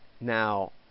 now